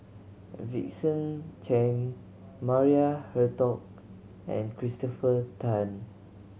Vincent Cheng Maria Hertogh and Christopher Tan